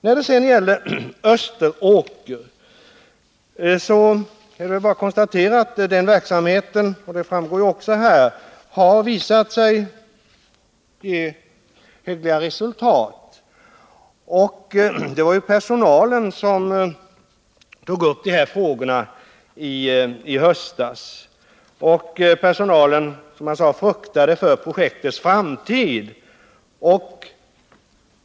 När det sedan gäller Österåker är det bara att konstatera — och det framgår också av interpellationssvaret — att verksamheten där har visat sig ge hyggliga resultat. Det var personalen som i höstas tog upp dessa frågor. Personalen fruktade, som jag sade, för projektets framtid.